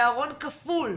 בארון כפול,